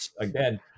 again